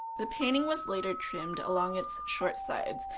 the painting was later trimmed along its short sides,